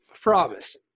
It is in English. promise